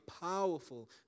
powerful